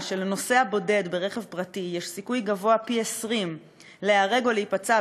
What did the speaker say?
שלנוסע בודד ברכב פרטי יש סיכוי גבוה פי-20 להיהרג או להיפצע